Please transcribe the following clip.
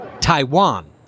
Taiwan